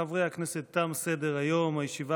חברי הכנסת, תם סדר-היום.